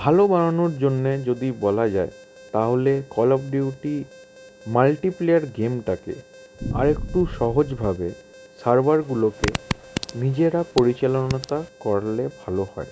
ভালো বানানোর জন্যে যদি বলা যায় তাহলে call of duty multi player গেমটাকে আর একটু সহজভাবে সার্ভারগুলোকে নিজেরা পরিচালনা করলে ভালো হয়